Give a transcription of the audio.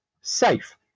safe